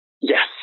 Yes